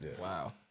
wow